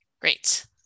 great